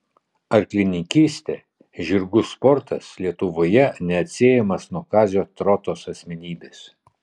arklininkystė žirgų sportas lietuvoje neatsiejamas nuo kazio trotos asmenybės